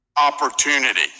opportunity